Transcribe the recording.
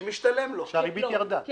כשהריבית ירדה,